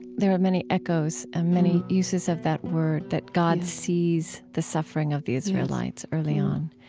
there are many echoes and many uses of that word, that god sees the suffering of the israelites early on.